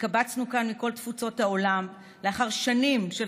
התקבצנו כאן מכל תפוצות העולם לאחר שנים של